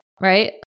right